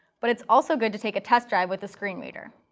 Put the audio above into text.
but it's also good to take a test drive with a screen reader.